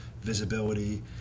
visibility